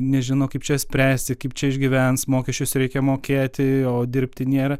nežino kaip čia spręsti kaip čia išgyvens mokesčius reikia mokėti o dirbti nėra